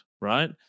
right